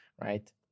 Right